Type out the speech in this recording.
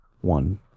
one